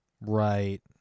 Right